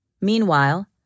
Meanwhile